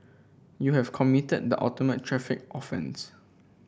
you have committed the ultimate traffic offence